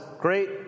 great